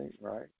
right